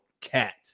cat